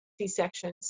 C-sections